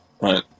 right